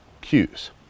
cues